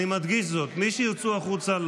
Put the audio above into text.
אני מדגיש זאת: מי שיוצאו החוצה,